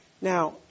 Now